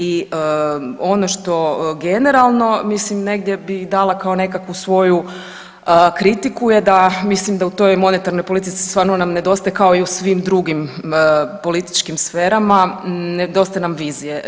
I ono što generalno mislim negdje bi dala kao nekakvu svoju kritiku je da mislim da u toj monetarnoj politici stvarno nam nedostaje kao i u svim drugim političkim sferama nedostaje nam vizije.